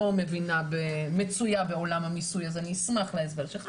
לא מצויה בעולם המיסוי אז אני אשמח להסבר שלך,